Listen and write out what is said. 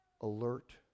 alert